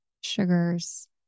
sugars